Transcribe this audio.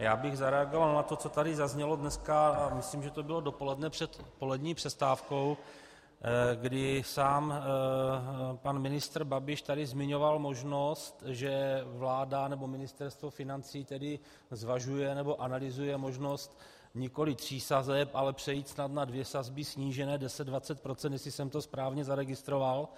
Já bych zareagoval na to, co tady zaznělo dneska, myslím, že to bylo dopoledne před odpolední přestávkou, kdy sám pan ministr Babiš tady zmiňoval možnost, že vláda, nebo tedy Ministerstvo financí, zvažuje nebo analyzuje možnost nikoli tří sazeb, ale přejít snad na dvě sazby snížené 10, 20 procent, jestli jsem to správně zaregistroval.